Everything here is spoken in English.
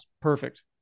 Perfect